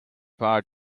power